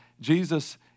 Jesus